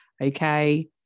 okay